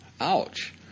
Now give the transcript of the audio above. Ouch